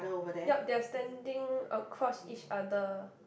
yup they are standing across each other